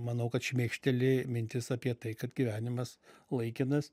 manau kad šmėkšteli mintis apie tai kad gyvenimas laikinas